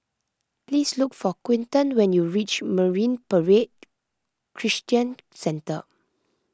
please look for Quinton when you reach Marine Parade Christian Centre